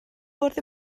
fwrdd